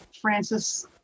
Francis